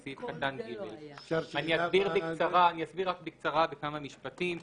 סעיף קטן (ג);";" אני אסביר בקצרה בכמה משפטים.